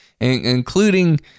including